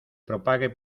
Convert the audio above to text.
propague